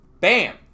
bam